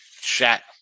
chat